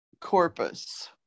corpus